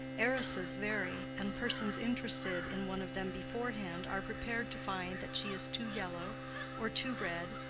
heiresses vary, and persons interested in one of them beforehand are prepared to find that she is too yellow or too red,